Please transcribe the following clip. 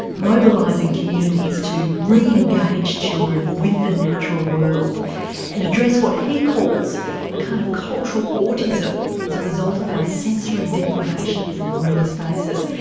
mobilising communities to re-engage children with the natural world and address what he calls a kind of cultural autism as a result of our sensory deprivation from green spaces.